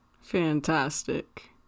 fantastic